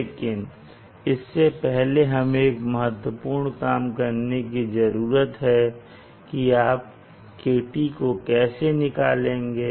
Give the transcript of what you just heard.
लेकिन इससे पहले हमें एक महत्वपूर्ण काम करने की ज़रूरत है की आप KT को कैसे निकालेंगे